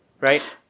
right